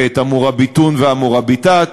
ואת ה"מוראביטון" וה"מורביטאת".